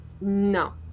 no